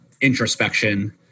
introspection